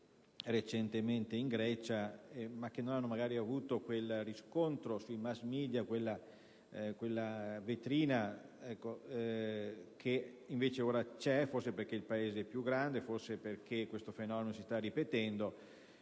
recentemente in Grecia, ma che non hanno magari avuto quel riscontro sui *mass-media* e quella vetrina che invece ora c'è, forse perché la Grecia è più grande, forse perché questo fenomeno si sta ripetendo,